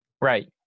right